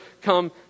come